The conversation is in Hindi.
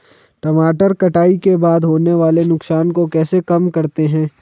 टमाटर कटाई के बाद होने वाले नुकसान को कैसे कम करते हैं?